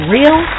Real